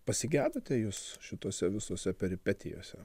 pasigedote jūs šitose visose peripetijose